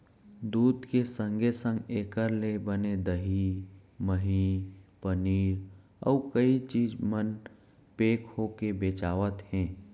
दूद के संगे संग एकर ले बने दही, मही, पनीर, अउ कई चीज मन पेक होके बेचावत हें